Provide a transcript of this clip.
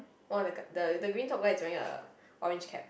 one of the guy the the green top guy is wearing a orange cap